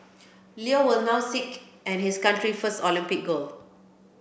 Lee will now seek and his country first Olympic gold